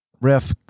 ref